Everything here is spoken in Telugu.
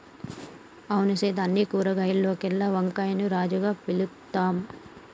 అవును సీత అన్ని కూరగాయాల్లోకెల్లా వంకాయని రాజుగా పిలుత్తాం